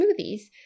smoothies